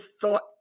thought